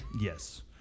Yes